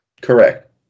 Correct